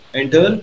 enter